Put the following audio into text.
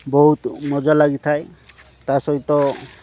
ବହୁତ ମଜା ଲାଗିଥାଏ ତା'ସହିତ